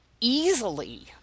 easily